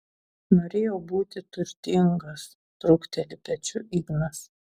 norėjau būti turtingas trūkteli pečiu ignas